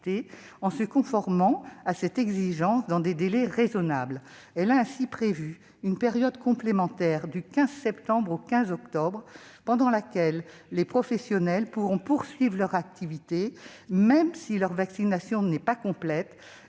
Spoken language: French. en se conformant à cette exigence dans des délais raisonnables. Elle a ainsi prévu une période complémentaire du 15 septembre au 15 octobre 2021, pendant laquelle les professionnels pourront continuer à travailler, même si leur vaccination n'est pas complète,